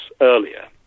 earlier